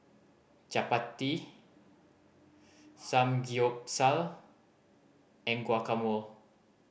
Chapati Samgyeopsal and Guacamole